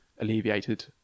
alleviated